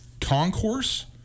concourse